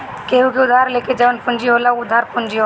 केहू से उधार लेके जवन पूंजी होला उ उधार पूंजी होला